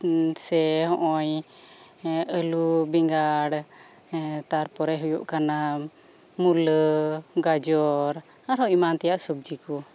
ᱥᱮ ᱦᱚᱜ ᱚᱭ ᱟᱹᱞᱩ ᱵᱮᱸᱜᱟᱲ ᱛᱟᱨᱯᱚᱨᱮ ᱦᱩᱭᱩᱜ ᱠᱟᱱᱟ ᱢᱩᱞᱟᱹ ᱜᱟᱡᱚᱨ ᱟᱨᱦᱚᱸ ᱮᱢᱟᱱ ᱛᱮᱭᱟᱜ ᱥᱚᱵᱡᱤ ᱠᱚ